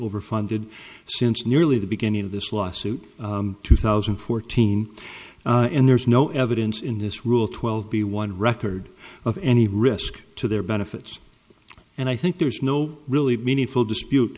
over funded since nearly the beginning of this lawsuit two thousand and fourteen and there's no evidence in this rule twelve b one record of any risk to their benefits and i think there's no really meaningful dispute